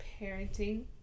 parenting